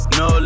no